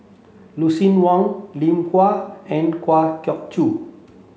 Lucien Wang Lim Kwa and Kwa Geok Choo